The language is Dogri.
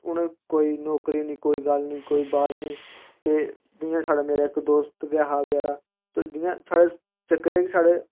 उ'नें कोई नौकरी निं कोई गल्ल निं कोई बात निं ते जि'यां साढ़ै मेरा इक दोस्त गै हा बेचारा ते जि'यां साढ़ै चक्कर एह् ऐ की साढ़ै